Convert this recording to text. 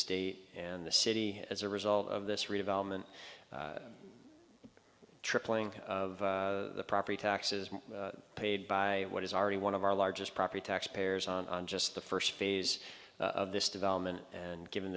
state and the city as a result of this redevelopment tripling of property taxes paid by what is already one of our largest property tax payers on just the first phase of this development and given